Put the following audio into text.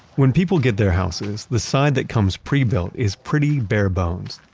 when people get their houses, the side that comes prebuilt is pretty bare bones.